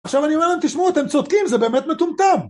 עכשיו אני אומר להם, תשמעו, אתם צודקים, זה באמת מטומטם!